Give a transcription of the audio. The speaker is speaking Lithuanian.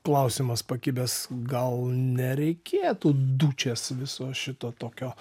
klausimas pakibęs gal nereikėtų dučės viso šito tokio